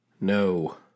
no